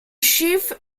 chief